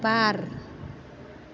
बार